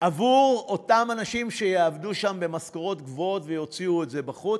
עבור אותם אנשים שיעבדו שם במשכורות גבוהות ויוציאו את זה בחוץ,